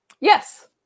Yes